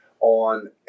on